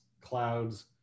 clouds